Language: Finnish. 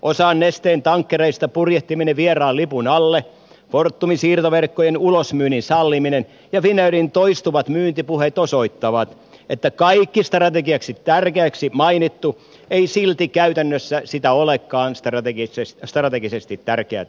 osan nesteen tankkereista purjehtiminen vieraan lipun alle fortumin siirtoverkkojen ulosmyynnin salliminen ja finnairin toistuvat myyntipuheet osoittavat että kaikki strategioissa tärkeäksi mainittu ei silti käytännössä olekaan strategisesti tärkeätä